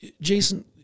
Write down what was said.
Jason